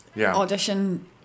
audition